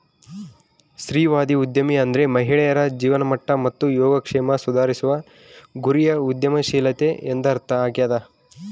ಸ್ತ್ರೀವಾದಿ ಉದ್ಯಮಿ ಅಂದ್ರೆ ಮಹಿಳೆಯರ ಜೀವನಮಟ್ಟ ಮತ್ತು ಯೋಗಕ್ಷೇಮ ಸುಧಾರಿಸುವ ಗುರಿಯ ಉದ್ಯಮಶೀಲತೆ ಎಂದರ್ಥ ಆಗ್ಯಾದ